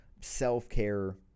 self-care